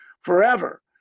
forever